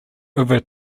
over